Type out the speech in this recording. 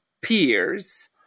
peers